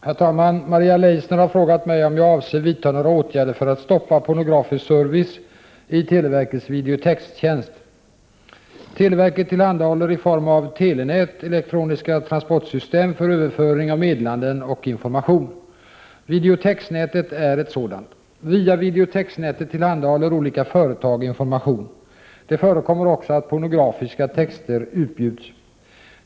Herr talman! Maria Leissner har frågat mig om jag avser vidta några åtgärder för att stoppa pornografisk service i televerkets videotextjänst. Televerket tillhandahåller i form av telenät elektroniska transportsystem för överföring av meddelanden och information. Videotexnätet är ett sådant. Via videotexnätet tillhandahåller olika företag information. Det förekommer också att pornografiska texter utbjuds.